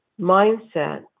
mindset